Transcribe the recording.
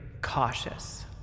cautious